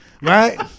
right